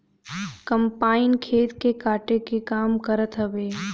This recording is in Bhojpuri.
कम्पाईन खेत के काटे के काम करत हवे